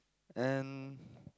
and